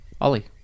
Ollie